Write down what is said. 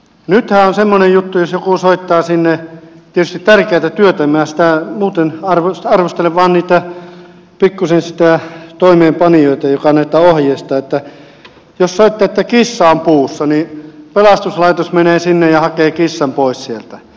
nythän on semmoinen juttu että jos joku soittaa sinne tietysti tärkeää työtä en minä sitä muuten arvostele vaan pikkusen niitä toimeenpanijoita jotka näitä ohjeistavat että kissa on puussa niin pelastuslaitos menee sinne ja hakee kissan pois sieltä